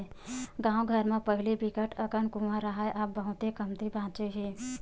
गाँव घर म पहिली बिकट अकन कुँआ राहय अब बहुते कमती बाचे हे